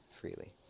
freely